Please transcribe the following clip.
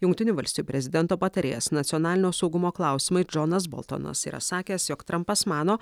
jungtinių valstijų prezidento patarėjas nacionalinio saugumo klausimais džonas boltonas yra sakęs jog trampas mano